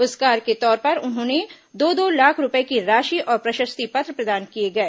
पुरस्कार के तौर पर उन्होंने दो दो लाख रूपये की राशि और प्रशस्ति पत्र प्रदान किए गए